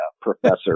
professor